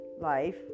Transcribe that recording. life